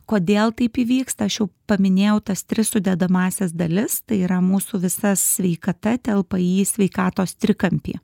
kodėl taip įvyksta aš jau paminėjau tas tris sudedamąsias dalis tai yra mūsų visa sveikata telpa į sveikatos trikampį